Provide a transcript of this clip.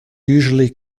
usually